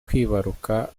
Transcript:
kwibaruka